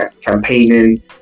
campaigning